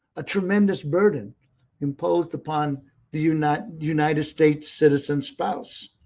a tremendous burden imposed upon the united united states citizen spouse.